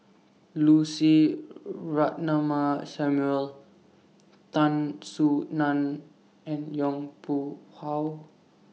Lucy Ratnammah Samuel Tan Soo NAN and Yong Pung How